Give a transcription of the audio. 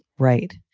right?